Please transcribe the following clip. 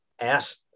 ask